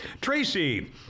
Tracy